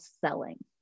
selling